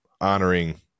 honoring